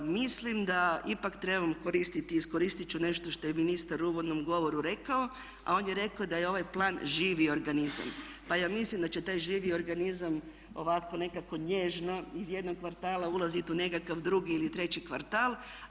Mislim da ipak trebamo koristiti i iskoristit ću nešto što je ministar u uvodnom govoru rekao, a on je rekao da je ovaj plan živi organizam, pa ja mislim da će taj živi organizam ovako nekako nježno iz jednog kvartala ulazit u nekakav drugi ili treći kvartal.